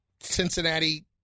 cincinnati